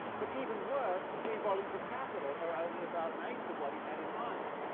but even worse, the three volumes of capital are only about an eighth of what he had in mind.